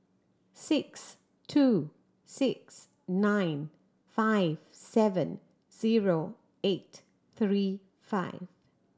six two six nine five seven zero eight three five